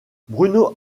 bruno